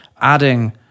adding